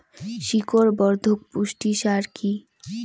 শিকড় বর্ধক পুষ্টি সার কি?